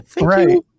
Right